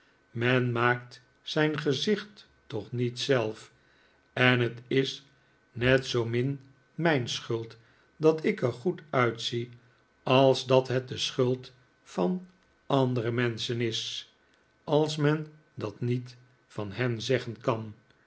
men maakt zijn gezicht toch niet zelf en het is net zoo min mijn schuld dat ik er goed uitzie als dat het de schuld van andere menschen is als men dat niet van hen zeggen kan